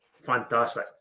fantastic